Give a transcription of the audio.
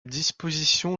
disposition